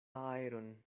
aeron